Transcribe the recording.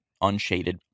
unshaded